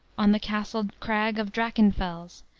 on the castled crag of drachenfels,